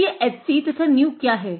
तो ये h तथा nu क्या है